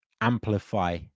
amplify